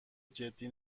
جدی